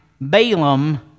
Balaam